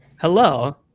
Hello